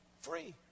free